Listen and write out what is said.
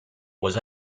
was